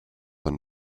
than